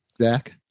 Jack